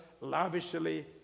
lavishly